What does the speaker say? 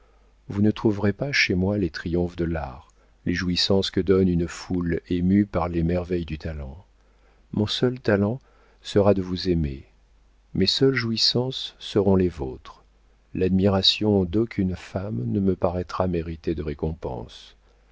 vous ne trouverez pas chez moi les triomphes de l'art les jouissances que donne une foule émue par les merveilles du talent mon seul talent sera de vous aimer mes seules jouissances seront les vôtres l'admiration d'aucune femme ne me paraîtra mériter de récompense